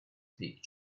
peak